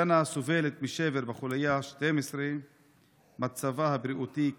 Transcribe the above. ג'נא סובלת משבר בחוליה ה-12 ומצבה הבריאותי קשה.